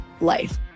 life